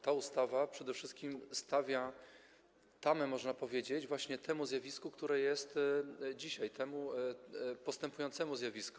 Ta ustawa przede wszystkim stawia tamę, można powiedzieć, właśnie temu zjawisku, które jest dzisiaj, temu postępującemu zjawisku.